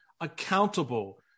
accountable